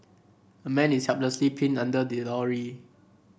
a man is helplessly pinned under a lorry